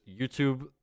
youtube